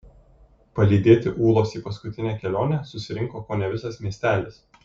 palydėti ūlos į paskutinę kelionę susirinko kone visas miestelis